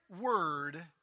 word